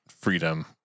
freedom